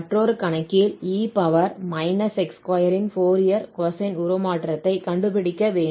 மற்றொரு கணக்கில் e x2 இன் ஃபோரியர் கொசைன் உருமாற்றத்தைக் கண்டுபிடிக்க வேண்டும்